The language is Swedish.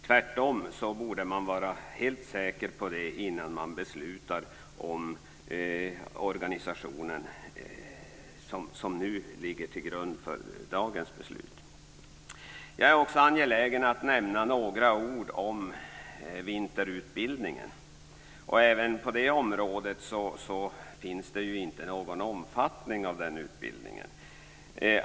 Tvärtom borde man vara helt säker på det innan man beslutar om den organisation som ligger till grund för dagens beslut. Jag är också angelägen om att nämna några ord om vinterutbildningen. Omfattningen av den utbildningen finns inte heller beskriven.